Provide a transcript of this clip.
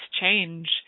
change